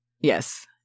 Yes